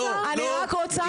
לא, לא, לא.